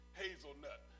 hazelnut